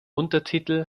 untertitel